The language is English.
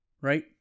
right